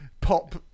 pop